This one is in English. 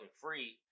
free